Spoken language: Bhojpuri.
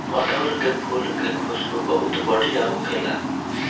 अढ़ऊल के फुल के खुशबू बहुत बढ़िया होखेला